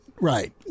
right